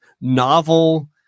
novel